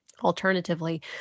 alternatively